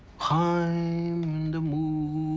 chaim in the mood